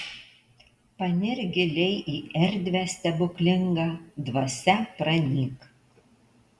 panirk giliai į erdvę stebuklingą dvasia pranyk